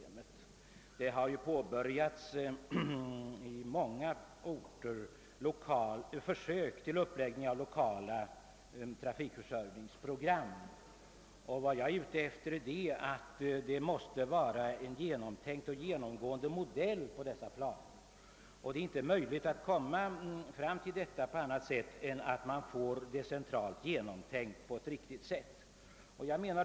På många orter har man påbörjat försök med en uppläggning av lokala trafikförsörjningsprogram. Vad jag anser är att det måste vara en genomtänkt och genomgående modell i denna planering, och detta är inte möjligt att åstadkomma utan att frågan centralt har tänkts igenom på ett riktigt sätt.